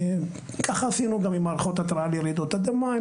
ככה עשינו גם עם מערכות התראה לרעידות אדמה.